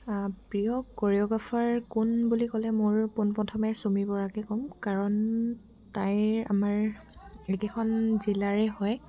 প্ৰিয় কোৰিঅ'গ্ৰাফাৰ কোন বুলি ক'লে মোৰ পোনপ্ৰথমে চুমি বৰাকে ক'ম কাৰণ তাইৰ আমাৰ একেখন জিলাৰে হয়